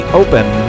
open